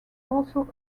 also